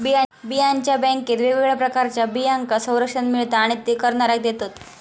बियांच्या बॅन्केत वेगवेगळ्या प्रकारच्या बियांका संरक्षण मिळता आणि ते करणाऱ्याक देतत